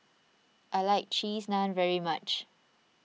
I like Cheese Naan very much